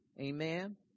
Amen